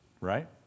Right